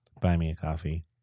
buy-me-a-coffee